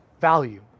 value